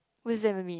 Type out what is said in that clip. what's that even mean